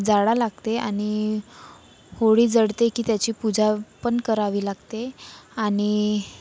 जाळावी लागते आणि होळी जळते की त्याची पूजा पण करावी लागते आणि